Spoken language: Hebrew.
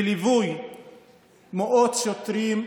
בליווי מאות שוטרים,